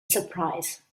surprise